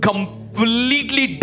completely